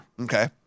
Okay